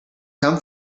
come